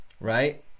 right